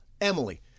Emily